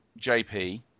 JP